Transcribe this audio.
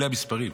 אלה המספרים.